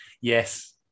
Yes